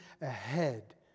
ahead